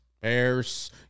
Bears